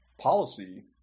policy